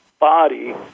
body